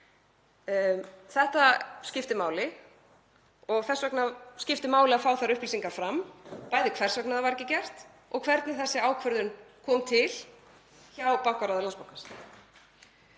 Þetta skiptir máli og þess vegna skiptir máli að fá þær upplýsingar fram, bæði hvers vegna það var ekki gert og hvernig þessi ákvörðun kom til hjá bankaráði Landsbankans.